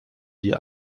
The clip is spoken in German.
die